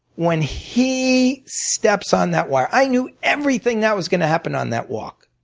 when he steps on that wire, i knew everything that was going to happen on that walk.